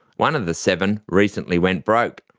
one of the seven recently went broke.